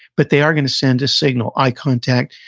but they are going to send a signal, eye contact,